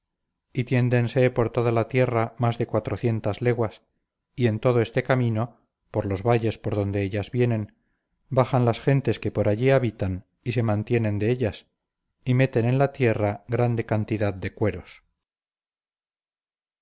tiéndense por toda la tierra más de cuatrocientas leguas y en todo este camino por los valles por donde ellas vienen bajan las gentes que por allí habitan y se mantienen de ellas y meten en la tierra grande cantidad de cueros